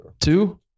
Two